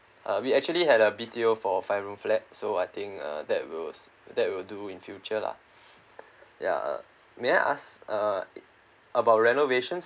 uh we actually had a B_T_O for five room flat so I think uh that was that will do in future lah ya uh may I ask uh about renovation